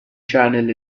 channel